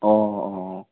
অঁ অঁ অঁ